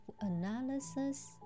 analysis